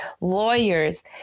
lawyers